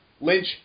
Lynch